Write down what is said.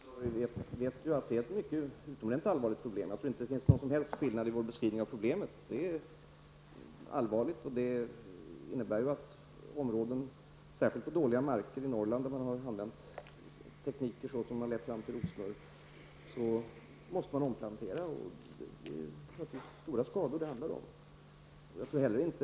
Fru talman! Jag har liksom Ragnhild Pohanka insett svårigheterna med rotsnurr. Det är ett mycket allvarligt problem. Jag tror inte att det finns någon som helst skillnad i vår beskrivning av problemet. Det innebär att på dåliga marker, särskilt i Norrland, där tekniker har använts som leder fram till rotsnurr, behöver det göras omplanteringar. Det handlar om stora skador.